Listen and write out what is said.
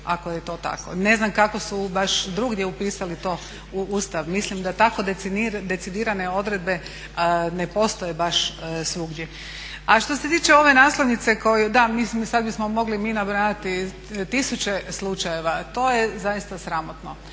ako je to tako. Ne znam kako su baš drugdje upisali to u ustav, mislim da tako decidirane odredbe ne postoje baš svugdje. A što se tiče ove naslovnice, da sada bismo mi mogli nabrajati tisuće slučajeva. To je zaista sramotno